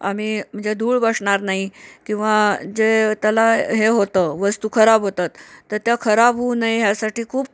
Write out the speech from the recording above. आम्ही म्हणजे धूळ बसणार नाही किंवा जे त्याला हे होतं वस्तू खराब होतात तर त्या खराब होऊ नये ह्यासाठी खूप